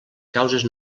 causes